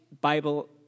Bible